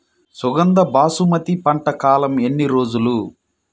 సుగంధ బాసుమతి పంట కాలం ఎన్ని రోజులు?